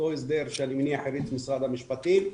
אותו הסדר שאני מניח הריץ משרד המשפטים,